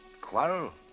Quarrel